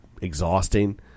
exhausting